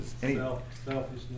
Selfishness